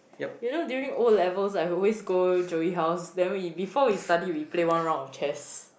you know during O-levels right we always go Joey house then we before we study we always play one round of chess